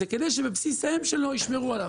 זה כדי שבבסיס האם שלו ישמרו עליו.